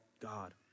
God